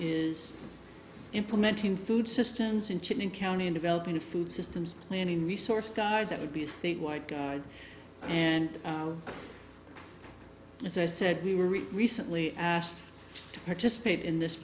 is implementing food systems in chicken county in developing a food systems planning resource guide that would be a statewide guide and as i said we were recently asked to participate in this